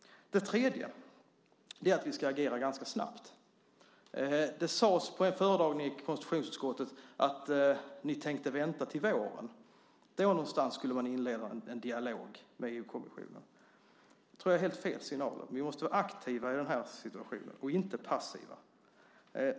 Det tredje är att vi ska agera ganska snabbt. Det sades på en föredragning i konstitutionsutskottet att ni tänkte vänta till våren. Då skulle ni inleda en dialog med EU-kommissionen. Det tror jag ger helt fel signaler. Vi måste vara aktiva i den här situationen, inte passiva.